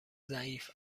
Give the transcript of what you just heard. ضعیف